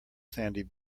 sandy